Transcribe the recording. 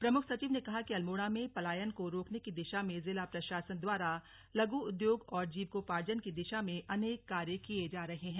प्रमुख सचिव ने कहा कि अल्मोड़ा में पलायन को रोकने की दिशा में जिला प्रशासन द्वारा लघु उद्योग और जीवीकोपार्जन की दिशा में अनेक कार्य किये जा रहे हैं